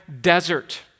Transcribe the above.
desert